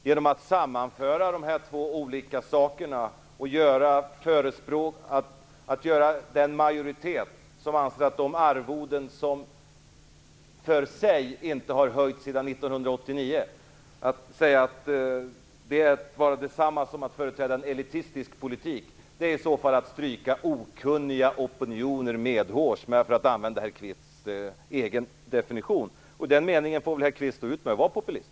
Genom att sammanföra de här två olika sakerna och säga att den majoritet som stöder förslaget om dessa arvoden, som för sig inte har höjts sedan 1989, företräder en elitistisk politik är i så fall att stryka okunniga opinioner medhårs, för att använda herr Kvists egen definition. I den meningen får väl herr Kvist stå ut med att vara populist.